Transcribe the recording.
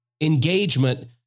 engagement